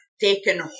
taken